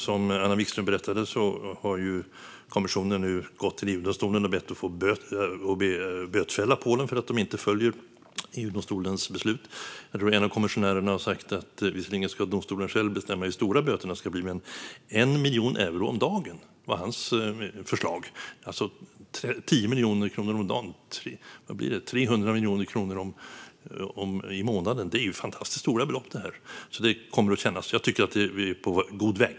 Som Anna Vikström berättade har kommissionen nu gått till EU-domstolen och bett den att bötfälla Polen för att man inte följer EU-domstolens beslut. Jag tror att en av kommissionärerna har sagt: Visserligen ska domstolen själv bestämma hur stora böterna ska bli, men 1 miljon euro om dagen är mitt förslag! Det är alltså 10 miljoner kronor om dagen eller 300 miljoner kronor per månad - det är fantastiskt stora belopp. Det kommer att kännas. Jag tycker att vi är på god väg.